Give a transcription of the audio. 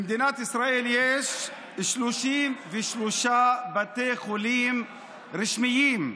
במדינת ישראל יש 33 בתי חולים רשמיים,